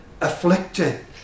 afflicted